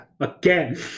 Again